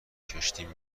کشتیم